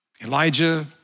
Elijah